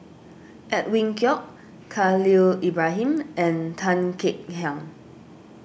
Edwin Koek Khalil Ibrahim and Tan Kek Hiang